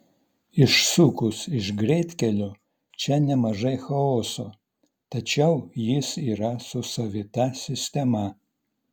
išsukus iš greitkelių čia nemažai chaoso tačiau jis yra su savita sistema